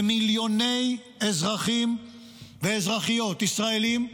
ומיליוני אזרחים ואזרחיות ישראלים אומרים,